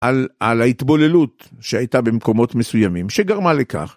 על על ההתבוללות שהייתה במקומות מסוימים שגרמה לכך.